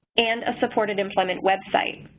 and a supported employment website.